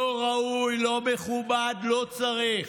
לא ראוי, לא מכובד, לא צריך.